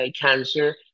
cancer